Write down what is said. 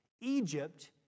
Egypt